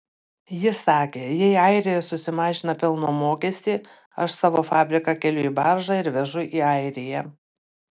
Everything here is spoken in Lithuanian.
jis sakė jei airija susimažina pelno mokestį aš savo fabriką keliu į baržą ir vežu į airiją